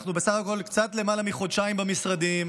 אנחנו בסך הכול קצת למעלה מחודשיים במשרדים,